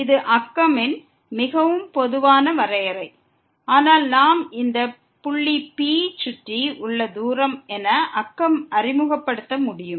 இது நெய்பர்ஹுட்டின் மிகவும் பொதுவான வரையறை ஆனால் நாம் இந்த புள்ளி P சுற்றி உள்ள சதுரத்தை நெய்பர்ஹுட் நெய்பர்ஹுட் அறிமுகப்படுத்த முடியும்